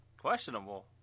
questionable